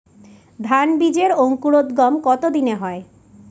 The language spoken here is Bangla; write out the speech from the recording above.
ধান বীজের অঙ্কুরোদগম কত দিনে হয়?